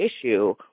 issue